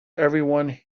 everyone